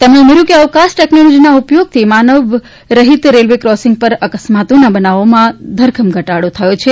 તેમણે ઉમેર્યું કે અવકાશ ટેકનોલોજીના ઉપયોગથી માનવરહિત રેલવે ક્રોસિંગ પર અકસ્માતના બનાવોમાં ધરખમ ઘટાડો થયો છે